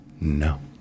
no